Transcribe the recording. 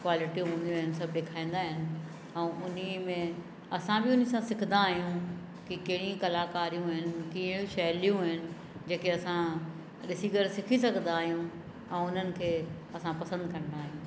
क्वालिटियूं हूंदियूं आहिनि सभु ॾेखारींदा आहिनि ऐं उन में असां बि उन सां सिखंदा आहियूं की कहिड़ी कलाकारियूं आहिनि कीअं शैलियूं आहिनि जेके असां ॾिसी करे सिखी सघंदा आहियूं ऐं उन्हनि खे असां पसंदि कंदा आहियूं